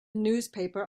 newspaper